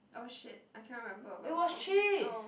oh shit I cannot remember about oh